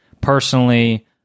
personally